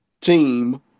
team